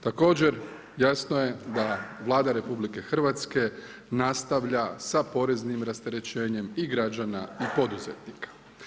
Također, jasno je da Vlada RH nastavlja sa poreznim rasterećenjem i građana i poduzetnika.